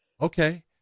Okay